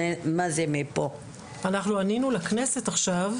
אנחנו ענינו לכנסת עכשיו,